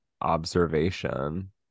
observation